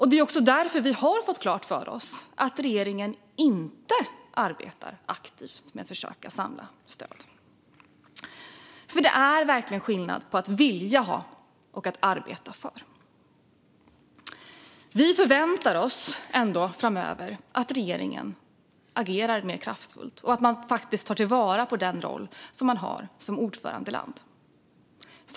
Det är också därför vi har fått klart för oss att regeringen inte arbetar aktivt med att försöka samla stöd. Det är verkligen skillnad på att vilja ha och att arbeta för. Vi förväntar oss ändå att regeringen agerar mer kraftfullt framöver och att man tar till vara Sveriges roll som ordförandeland.